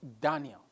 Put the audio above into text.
Daniel